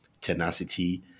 tenacity